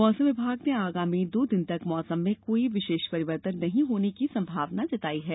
मौसम विभाग ने आगामी दो दिन तक मौसम में कोई विशेष परिवर्तन नहीं होने की संभावना व्यक्त की है